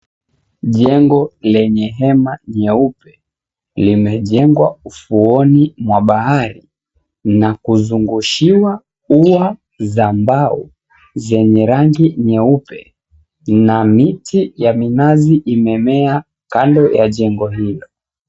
Jengo lenye hema nyeupe, limejengwa ufuoni mwa bahari na kuzungushiwa ua za mbao, zenye rangi nyeupe na miti ya minazi imemea kando ya jengo hilo.